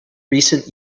recent